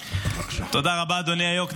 תודה רבה, אדוני היו"ר.